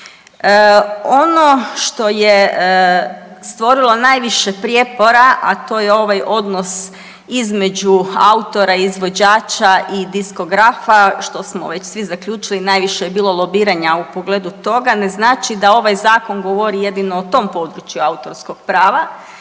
Ono što je stvorilo najviše prijepora, a to je ovaj odnos između autora i izvođača i diskografa što smo već svi zaključili, najviše je bilo lobiranja u pogledu toga, ne znači da ovaj zakon govori jedino o tom području autorskog prava